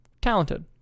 talented